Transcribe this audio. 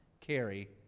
carry